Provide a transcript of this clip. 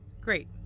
Great